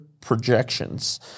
projections